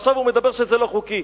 ועכשיו הוא מדבר שזה לא חוקי.